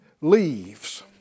leaves